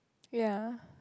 ya